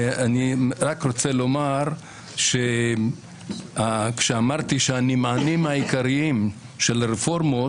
אני רק רוצה לומר שכאשר דיברתי על הנמענים העיקריים של הרפורמות,